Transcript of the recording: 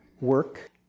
Work